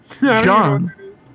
John